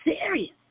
serious